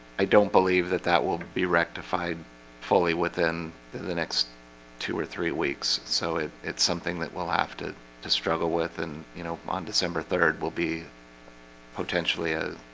i don't believe that that will be rectified fully within the the next two or three weeks so it's something that we'll have to to struggle with and you know on december third will be potentially as